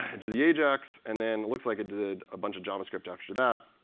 did the ajax, and then it looks like it did a bunch of javascript after that.